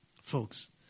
Folks